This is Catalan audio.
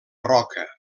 roca